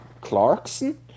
Clarkson